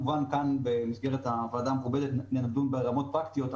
אז כמובן שלא נדון כאן במסגרת הוועדה המכובדת בבעיות פרקטיות,